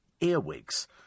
earwigs